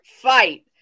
fight